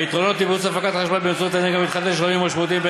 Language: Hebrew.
היתרונות לתמרוץ הפקת חשמל באמצעות אנרגיה מתחדשת הם רבים ומשמעותיים,